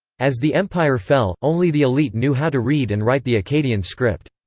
as the empire fell, only the elite knew how to read and write the akkadian script.